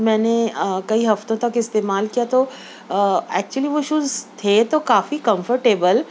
میں نے کئی ہفتوں تک استعمال کیا تو ایکچولی وہ شوز تھے تو کافی کمفرٹیبل